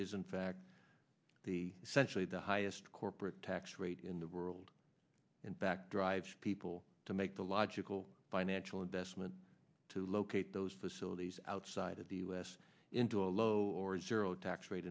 is in fact the century the highest corporate tax rate in the world in fact drives people to make the logical financial investment to locate those facilities outside of the u s into a low or zero tax rate